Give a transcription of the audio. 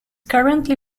currently